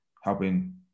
helping